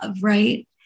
right